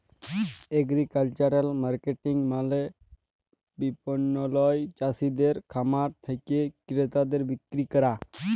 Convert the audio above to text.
agricultural marketing মালে বিপণল চাসিদের খামার থেক্যে ক্রেতাদের বিক্রি ক্যরা